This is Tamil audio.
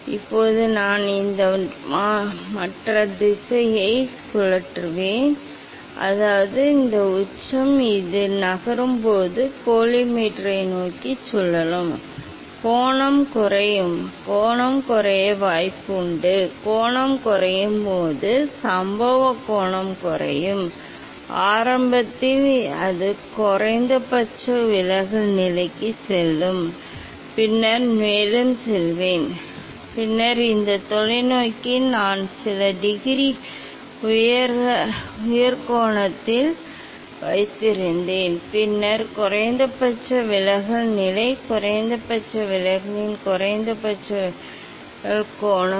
இப்போது நான் இந்த மற்ற திசையை சுழற்றுவேன் அதாவது இந்த உச்சம் இது நகரும் இது கோலிமேட்டரை நோக்கி சுழலும் அதாவது கோணம் குறைகிறது சம்பவம் கோணம் குறையும் ஆரம்பத்தில் அது குறைந்தபட்ச விலகல் நிலைக்குச் செல்லும் பின்னர் மேலும் நான் செல்வேன் பின்னர் இந்த தொலைநோக்கி நான் சில டிகிரி உயர் கோணத்தில் வைத்திருந்தேன் பின்னர் குறைந்தபட்ச விலகல் நிலை குறைந்தபட்ச விலகலின் குறைந்தபட்ச விலகல் கோணம்